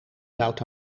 zout